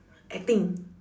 acting